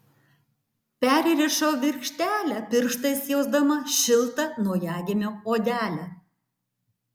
perrišau virkštelę pirštais jausdama šiltą naujagimio odelę